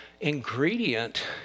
ingredient